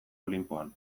olinpoan